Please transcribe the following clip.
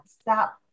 stop